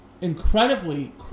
incredibly